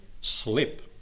slip